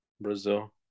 Brazil